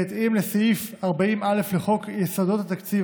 בהתאם לסעיף 40א לחוק יסודות התקציב,